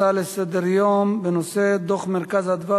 הצעות לסדר-היום בנושא: דוח "מרכז אדוה"